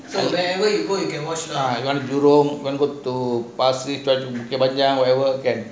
you can watch lah ya you want go to whatever can